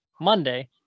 monday